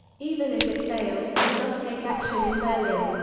even if it fails, we must take action in berlin.